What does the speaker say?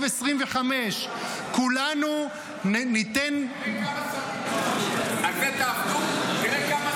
2025. כולנו ניתן --- תראה כמה שרים.